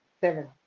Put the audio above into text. seven